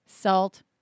salt